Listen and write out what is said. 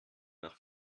nach